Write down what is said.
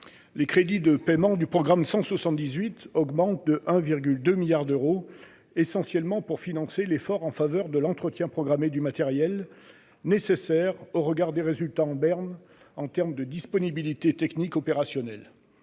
les crédits de paiement du programme 178 augmentent de 1,2 milliard d'euros, essentiellement pour financer l'effort en faveur de l'entretien programmé du matériel (EPM) nécessaire au regard des résultats en berne en termes de disponibilité technique opérationnelle.